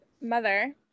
mother